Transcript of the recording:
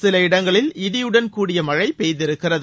சில இடங்களில் இடியுடன் கூடிய மழை பெய்திருக்கிறது